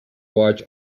watch